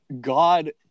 God